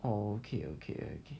okay okay okay